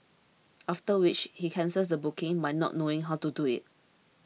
after which he cancels the booking by not knowing how to do it